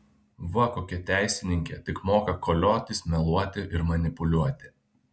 va kokia teisininkė tik moka koliotis meluoti ir manipuliuoti